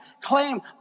claim